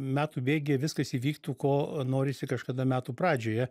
metų bėgyje viskas įvyktų ko norisi kažkada metų pradžioje